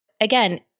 Again